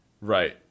Right